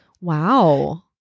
Wow